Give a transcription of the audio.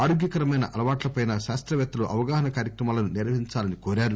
ఆరోగ్యకరమైన అలవాట్లపై శాస్తపేత్తలు అవగాహన కార్యక్రమాలను నిర్వహించాలని కోరారు